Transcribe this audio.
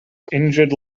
injured